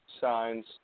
signs